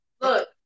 Look